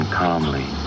calmly